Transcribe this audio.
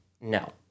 No